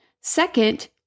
Second